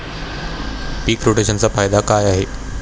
पीक रोटेशनचा फायदा काय आहे?